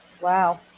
wow